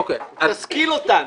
תשכיל אותנו.